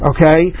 Okay